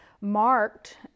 marked